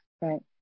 Right